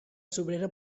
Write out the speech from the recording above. sobrera